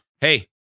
hey